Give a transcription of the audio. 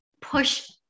push